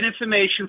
information